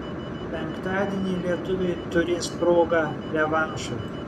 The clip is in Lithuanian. penktadienį lietuviai turės progą revanšui